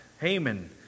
Haman